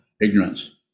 ignorance